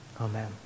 Amen